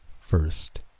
first